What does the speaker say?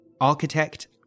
architect